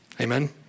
Amen